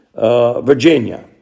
Virginia